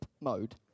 mode